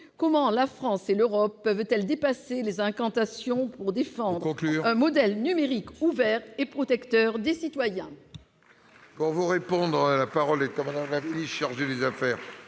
Comment la France et l'Europe peuvent-elles dépasser les incantations pour défendre un modèle numérique ouvert et protecteur des citoyens ?